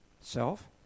Self